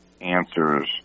answers